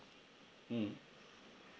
mm